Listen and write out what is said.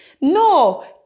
no